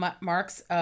Mark's